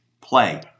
play